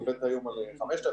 היא עובדת היום על 5,000,